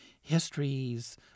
histories